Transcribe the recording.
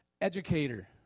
Educator